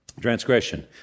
Transgression